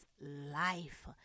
life